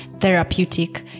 therapeutic